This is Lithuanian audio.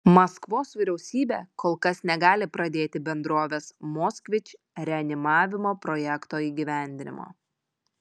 maskvos vyriausybė kol kas negali pradėti bendrovės moskvič reanimavimo projekto įgyvendinimo